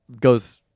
goes